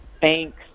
Thanks